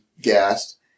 gassed